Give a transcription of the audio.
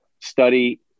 study